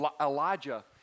Elijah